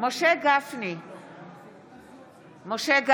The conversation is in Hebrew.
משה גפני,